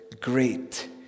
great